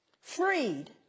Freed